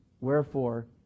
Wherefore